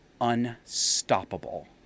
unstoppable